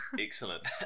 Excellent